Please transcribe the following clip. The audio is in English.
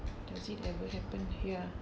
does it ever happened here